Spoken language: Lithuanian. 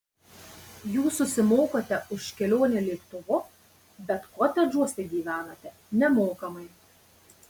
jūs susimokate už kelionę lėktuvu bet kotedžuose gyvenate nemokamai